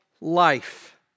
life